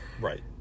Right